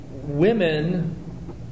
Women